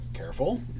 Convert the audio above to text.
Careful